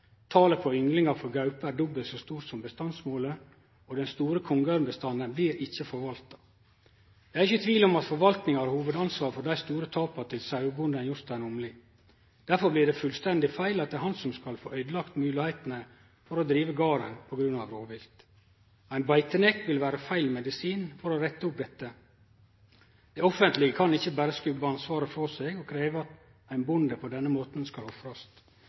talet på ynglingar for gaupe er dobbelt så stort som bestandsmålet, og den store kongeørnbestanden blir ikkje forvalta. Det er ikkje tvil om at forvaltninga har hovudansvaret for dei store tapa til sauebonden Jostein Omli. Derfor blir det fullstendig feil at det er han som skal få øydelagt moglegheitene for å drive garden på grunn av rovvilt. Ein beitenekt vil vere feil medisin for å rette opp dette. Det offentlege kan ikkje berre skubbe ansvaret frå seg og krevje at ein bonde på denne måten skal ofrast.